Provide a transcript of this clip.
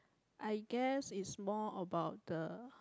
I guess is more about the